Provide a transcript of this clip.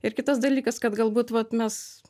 ir kitas dalykas kad galbūt vat mes